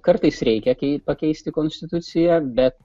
kartais reikia kei pakeisti konstituciją bet